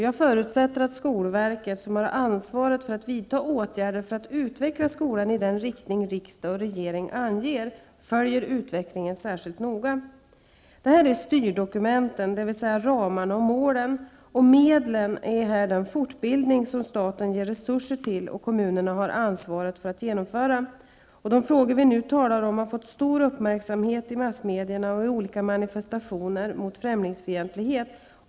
Jag förutsätter att skolverket, som har ansvaret för att vidta åtgärder för att utveckla skolan i den riktning riksdag och regering anger, följer utvecklingen särskilt noga. Detta är styrdokumenten, dvs. ramarna och målen. Medlen är här den fortbildning som staten ger resurser till och kommunerna har ansvaret för att genomföra. De frågor vi nu talar om har fått stor uppmärksamhet bl.a. i massmedierna och i olika manifestationer mot främlingsfientlighet.